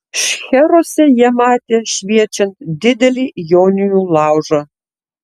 šcheruose jie matė šviečiant didelį joninių laužą